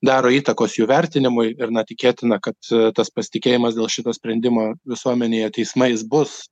daro įtakos jų vertinimui ir na tikėtina kad tas pasitikėjimas dėl šito sprendimo visuomenėje teismais bus